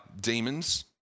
demons